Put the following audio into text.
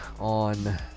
on